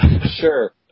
Sure